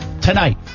tonight